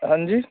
हाँ जी